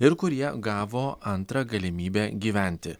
ir kurie gavo antrą galimybę gyventi